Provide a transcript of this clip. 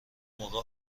موقع